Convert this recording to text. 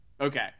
Okay